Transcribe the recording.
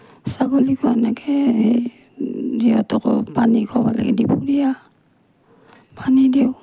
ছাগলীকো এনেকৈ সেই সিহঁতকো পানী খোৱাব লাগে দুপৰীয়া পানী দিওঁ